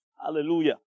Hallelujah